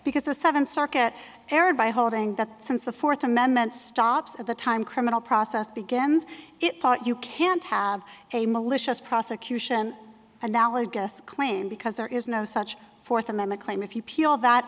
because the seventh circuit erred by holding that since the fourth amendment stops at the time criminal process begins it thought you can't have a malicious prosecution analogous claim because there is no such fourth amendment claim if you peel that